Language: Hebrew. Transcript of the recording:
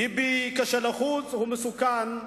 ביבי, כשהוא לחוץ הוא מסוכן,